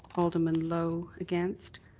alderman lowe against,